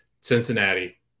Cincinnati